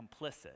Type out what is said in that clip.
complicit